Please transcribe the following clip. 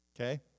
okay